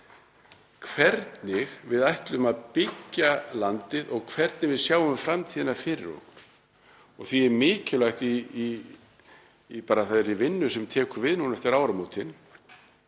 hvernig við ætlum að byggja landið og hvernig við sjáum framtíðina fyrir okkur. Því er mikilvægt í þeirri vinnu sem tekur við núna eftir áramótin,